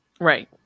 Right